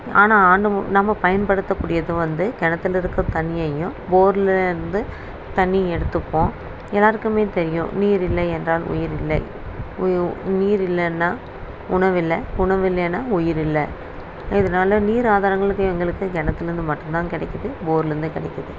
ஆனால் ஆண்டு மு நம்ம பயன்படுத்த கூடியது வந்து கிணத்தில் இருக்கும் தண்ணியையும் போர்லருந்து தண்ணி எடுத்துப்போம் எல்லாருக்குமே தெரியும் நீர் இல்லையென்றால் உயிரில்லை உயி நீர் இல்லைன்னா உணவில்லை உணவில்லைனா உயிரில்லை இதனால் நீர் ஆதாரங்களுக்கு எங்களுக்கு கிணத்துலருந்து மட்டும் தான் கிடைக்கிது போர்லந்து கிடைக்கிது